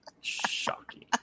Shocking